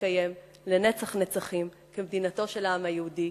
להתקיים לנצח נצחים כמדינתו של העם היהודי,